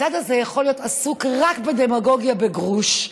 הצד הזה יכול להיות עסוק רק בדמגוגיה בגרוש,